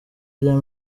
rya